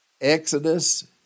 Exodus